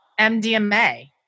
MDMA